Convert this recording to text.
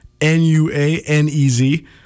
N-U-A-N-E-Z